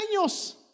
años